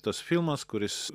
tas filmas kuris